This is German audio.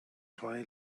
zwei